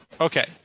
Okay